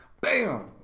Bam